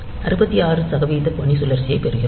66 சதவிகித பணிச்சுழற்சியைப் பெறுகிறோம்